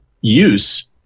use